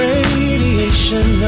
Radiation